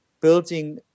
building